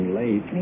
late